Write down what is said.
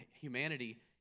humanity